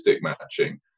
matching